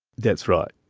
that's right.